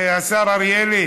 השר אריאל,